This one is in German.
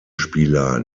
spieler